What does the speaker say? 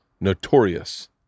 notorious